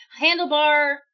Handlebar